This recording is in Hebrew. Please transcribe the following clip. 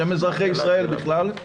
בשם אזרחי ישראל בכלל,